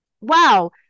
wow